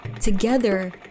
Together